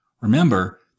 Remember